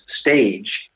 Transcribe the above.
stage